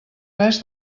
res